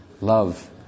love